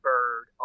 bird